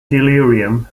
delirium